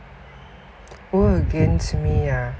world against me ah